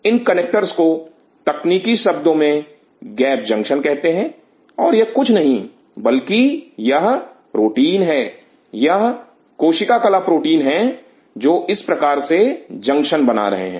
इन connectors को तकनीकी शब्दों में गैप जंक्शन कहते हैं और यह कुछ और नहीं बल्कि यह प्रोटीन है यह कोशिकाकला प्रोटीन हैं जो इस प्रकार के जंक्शन बना रहे हैं